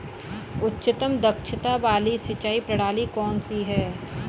उच्चतम दक्षता वाली सिंचाई प्रणाली कौन सी है?